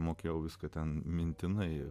mokėjau viską ten mintinai